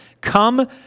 come